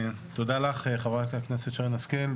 תודה לך, חברת הכנסת שרן השכל.